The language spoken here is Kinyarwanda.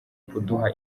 kuduha